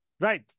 Right